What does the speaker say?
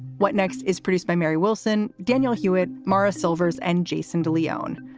what next is pretty spy mary wilson. daniel hewitt, mara silvers and jason de leon.